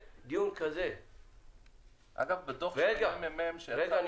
אגב, בדוח של הממ"מ שיצא --- רגע, רגע.